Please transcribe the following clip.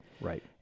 right